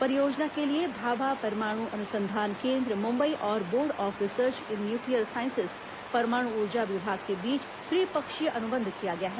परियोजना के लिए भाभा परमाणु अनुसंधान केन्द्र मुंबई और board of research in nuclear sciences परमाणु ऊर्जा विभाग के बीच त्रिपक्षीय अनुबंध किया गया है